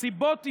סיבות אישיות.